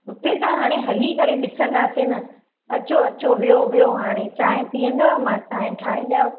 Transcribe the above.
हुते त हाणे हली करे ॾिसंदासीं न अचो अचो वेहो वेहो हाणे चांहि पीअंदव मां चांहि ठाहे ॾियांव